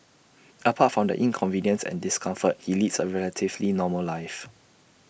apart from the inconvenience and discomfort he leads A relatively normal life